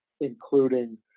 including